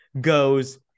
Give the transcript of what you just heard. goes